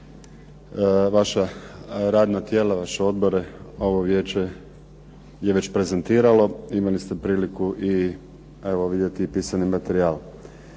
vaša radna tijela, vaše odbore ovo vijeće je već prezentiralo i imali ste priliku vidjeti pisani materijal.